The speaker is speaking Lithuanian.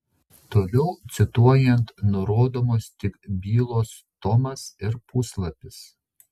toliau cituojant nurodomas tik bylos tomas ir puslapis